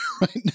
right